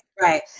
Right